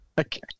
Okay